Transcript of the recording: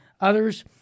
others